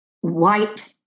white